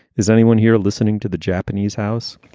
is anyone here listening to the japanese house?